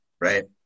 right